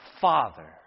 Father